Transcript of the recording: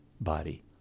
body